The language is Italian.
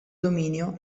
dominio